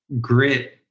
grit